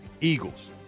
Eagles